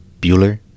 Bueller